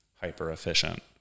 hyper-efficient